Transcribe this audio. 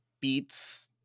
beats